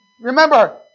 Remember